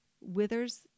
withers